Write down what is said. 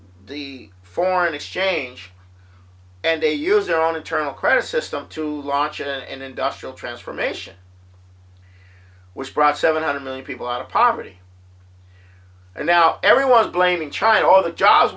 the foreign exchange and they used their own internal credit system to launch an industrial transformation which brought seven hundred million people out of poverty and now everyone blaming china all the jobs